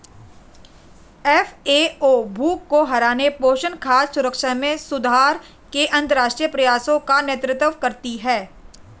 FAO भूख को हराने, पोषण, खाद्य सुरक्षा में सुधार के अंतरराष्ट्रीय प्रयासों का नेतृत्व करती है